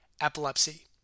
epilepsy